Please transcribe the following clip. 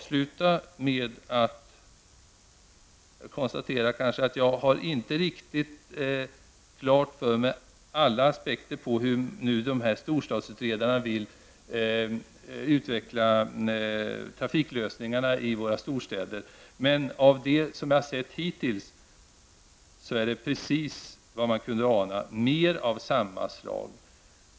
Sedan har jag inte riktigt klart för mig alla aspekter i fråga om hur storstadsutredarna vill utveckla trafiklösningar i våra storstäder. Det som jag hittills har sett är precis vad man kunde ana: mer av sammanslagningar.